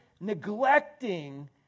neglecting